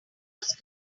was